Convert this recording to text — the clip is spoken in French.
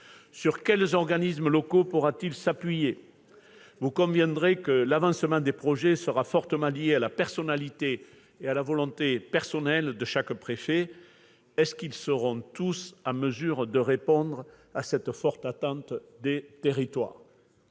Sur quels organismes locaux le préfet pourra-t-il s'appuyer ? Bonne question ! Vous conviendrez que l'avancement des projets sera fortement lié à la personnalité et à la volonté propre de chaque préfet. Seront-ils tous en mesure de répondre à cette forte attente des territoires ?